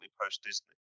post-Disney